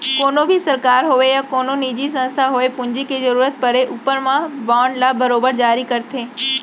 कोनों भी सरकार होवय या कोनो निजी संस्था होवय पूंजी के जरूरत परे ऊपर म बांड ल बरोबर जारी करथे